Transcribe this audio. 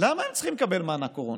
למה הם צריכים לקבל מענק קורונה?